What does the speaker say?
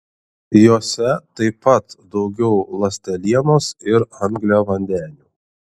jose taip pat daugiau ląstelienos ir angliavandenių